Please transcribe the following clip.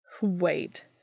Wait